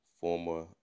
former